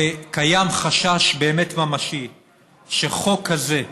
וקיים חשש באמת ממשי שחוק כזה,